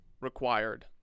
required